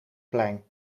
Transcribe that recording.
plein